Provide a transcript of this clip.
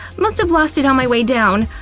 must've lost it on my way down!